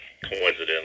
Coincidentally